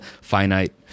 finite